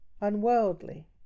unworldly